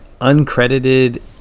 uncredited